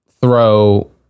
throw